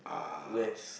rest